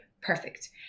perfect